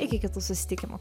iki kitų susitikimų